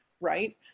right